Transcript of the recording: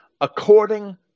according